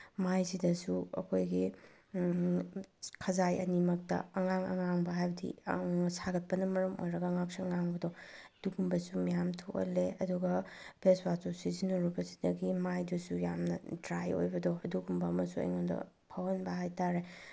ꯃꯥꯏꯁꯤꯗꯁꯨ ꯑꯩꯈꯣꯏꯒꯤ ꯈꯖꯥꯏ ꯑꯅꯤꯃꯛꯇ ꯑꯉꯥꯡ ꯑꯉꯥꯡꯕ ꯍꯥꯏꯕꯗꯤ ꯌꯥꯝꯅ ꯁꯥꯒꯠꯄꯅ ꯃꯔꯝ ꯑꯣꯏꯔꯒ ꯉꯥꯛꯁꯪ ꯉꯥꯡꯕꯗꯣ ꯑꯗꯨꯒꯨꯝꯕꯁꯨ ꯃꯌꯥꯝ ꯊꯣꯛꯍꯜꯂꯦ ꯑꯗꯨꯒ ꯐꯦꯁ ꯋꯥꯁꯇꯨ ꯁꯤꯖꯤꯟꯅꯔꯨꯕꯁꯤꯗꯒꯤ ꯃꯥꯏꯗꯨꯁꯨ ꯌꯥꯝꯅ ꯗ꯭ꯔꯥꯏ ꯑꯣꯏꯕꯗꯣ ꯑꯗꯨꯒꯨꯝꯕ ꯑꯃꯁꯨ ꯑꯩꯉꯣꯟꯗ ꯐꯥꯎꯍꯟꯕ ꯍꯥꯏ ꯇꯥꯔꯦ